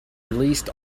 released